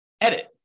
edit